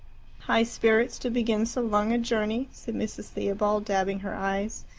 high spirits to begin so long a journey, said mrs. theobald, dabbing her eyes.